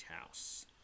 House